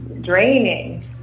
draining